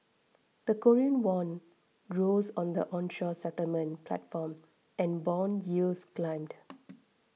the Korean won rose on the onshore settlement platform and bond yields climbed